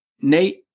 Nate